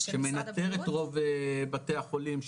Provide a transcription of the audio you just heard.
שמנתר את רוב בתי החולים,